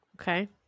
Okay